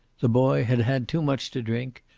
the boy had had too much to drink,